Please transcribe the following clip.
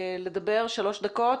רפי: